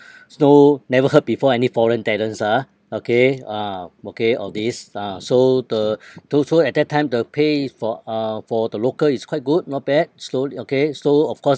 so no never heard before any foreign talents ah okay ah okay all these ah so the so so at that time the pay is for uh for the local is quite good not bad slowly okay so of course